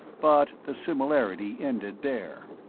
but the similarity ended there.